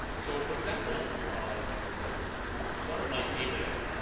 so for example, um one of my favorite